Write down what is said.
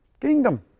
Kingdom